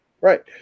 Right